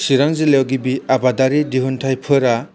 चिरां जिल्लायाव गिबि आबादारि दिहुन्थायफोरा